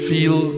Feel